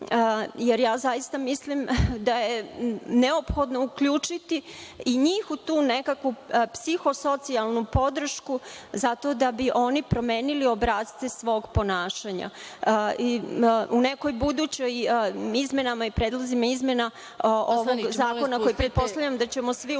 Zaista mislim da je neophodno uključiti i njih u tu nekakvu psiho-socijalnu podršku zato da bi oni promenili obrasce svog ponašanja. U nekim budućim izmenama i predlozima izmena ovog zakona koji pretpostavljam da ćemo svi usvojiti